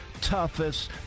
toughest